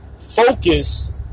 Focus